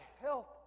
health